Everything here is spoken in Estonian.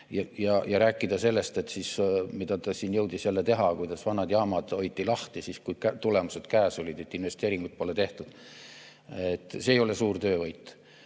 Ja rääkida sellest, mida ta siin jõudis teha ja kuidas vanad jaamad hoiti lahti, siis kui tulemused käes olid, et investeeringuid pole tehtud – see ei ole just suur töövõit.